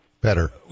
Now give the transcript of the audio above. better